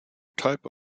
type